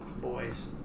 boys